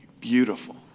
beautiful